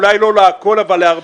אולי לא לכל אבל להרבה,